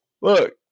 look